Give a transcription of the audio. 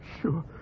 sure